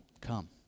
Come